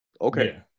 okay